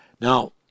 Now